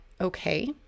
Okay